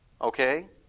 Okay